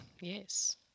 Yes